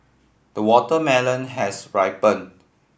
the watermelon has ripen